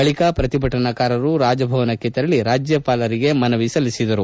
ಬಳಿಕೆ ಪ್ರತಿಭಟನಾಕಾರರು ರಾಜಭವನಕ್ಕೆ ತೆರಳಿ ರಾಜ್ಯಪಾಲರಿಗೆ ಮನವಿ ಸಲ್ಲಿಸಿದರು